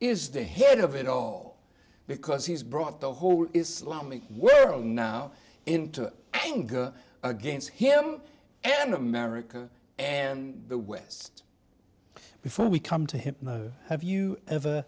is the head of it all because he's brought the whole islamic world now into anger against him and america and the west before we come to him have you ever